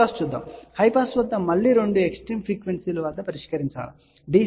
high pass చూద్దాం high pass వద్ద మళ్ళీ రెండు ఎక్స్ట్రీమ్ ఫ్రీక్వెన్సీ లు వద్ద పరీక్షించాలి DC వద్ద ω 0